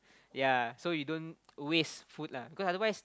ya so you don't waste food lah because otherwise